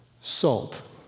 Salt